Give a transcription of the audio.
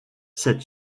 cette